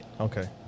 Okay